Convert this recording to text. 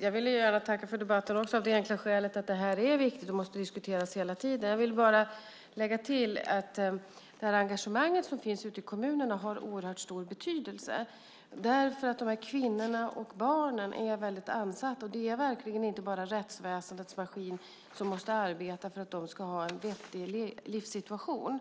Jag vill gärna tacka för debatten också av det enkla skälet att det här är viktigt och måste diskuteras hela tiden. Jag vill bara lägga till att det engagemang som finns ute i kommunerna har oerhört stor betydelse, därför att de här kvinnorna och barnen är väldigt ansatta. Det är verkligen inte bara rättsväsendets maskineri som måste arbeta för att de ska ha en vettig livssituation.